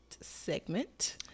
segment